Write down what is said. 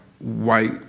white